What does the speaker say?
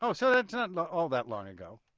so so that's not not all that long ago.